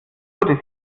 wurde